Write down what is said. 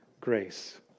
grace